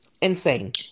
Insane